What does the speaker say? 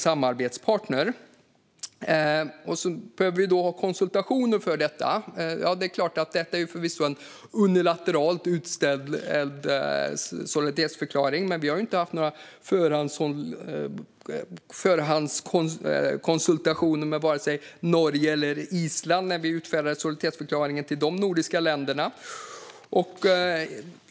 Vi behöver ha konsultationer för detta, och det är klart att detta förvisso är en unilateralt utställd solidaritetsförklaring, men vi hade inte några förhandskonsultationer med vare sig Norge eller Island när vi utfärdade solidaritetsförklaringen till dem.